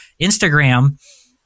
Instagram